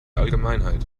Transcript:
allgemeinheit